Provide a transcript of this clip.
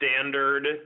standard